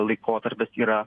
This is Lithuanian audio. laikotarpis yra